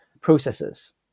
processes